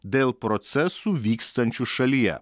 dėl procesų vykstančių šalyje